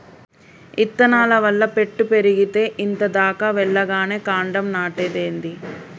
ఇత్తనాల వల్ల పెట్టు పెరిగేతే ఇంత దాకా వెల్లగానే కాండం నాటేదేంది